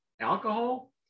alcohol